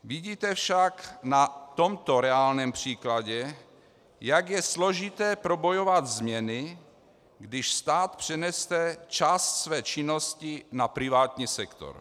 Vidíte však na tomto reálném příkladu, jak je složité probojovat změny, když stát přenese část své činnosti na privátní sektor.